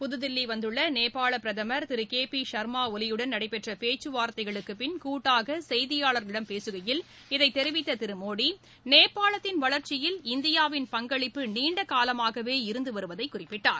புத்தில்லி வந்துள்ள நேபாள பிரதமர் திரு கே பி ஷர்மா ஒலியுடன் நடைபெற்ற பேச்சு வார்த்தைகளுக்குப் பின் கூட்டாக செய்தியாளர்களிடம் பேசுகையில் இதைத் தெரிவித்த திரு மோடி நேபாளத்தின் வளர்ச்சியில் இந்தியாவின் பங்களிப்பு நீண்டகாலமாகவே இருந்து வருவதை குறிப்பிட்டார்